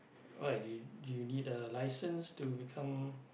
why you you need a licence to become